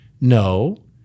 no